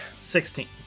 Sixteen